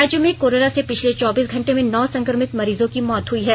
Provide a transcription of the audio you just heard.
राज्य में कोरोना से पिछले चौबीस घंटे में नौ संक्रमित मरीजों की मौत हुई है